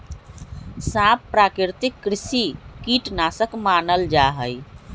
सांप प्राकृतिक कृषि कीट नाशक मानल जा हई